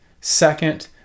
Second